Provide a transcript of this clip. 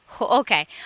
Okay